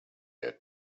had